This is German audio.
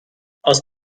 aus